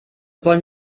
wollen